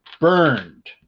burned